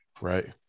right